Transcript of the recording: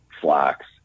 flax